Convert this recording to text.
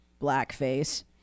blackface